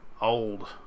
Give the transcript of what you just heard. old